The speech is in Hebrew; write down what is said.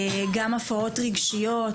גם הפרעות רגשיות,